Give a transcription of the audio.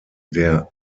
der